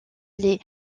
les